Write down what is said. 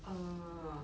err